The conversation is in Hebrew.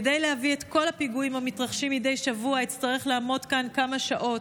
כדי להביא את כל הפיגועים המתרחשים מדי שבוע אצטרך לעמוד כאן כמה שעות,